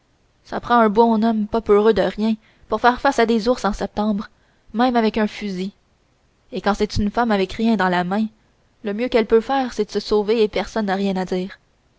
ça prend un bon homme pas peureux de rien pour faire face à des ours en septembre même avec un fusil et quand c'est une femme avec rien dans la main le mieux qu'elle peut faire c'est de se sauver et personne n'a rien à dire